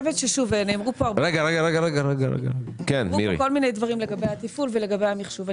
נאמרו פה כל מיני דברים לגבי התפעול ולגבי המחשוב.